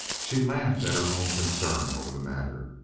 she laughed at her own concern over the matter.